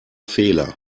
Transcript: fehler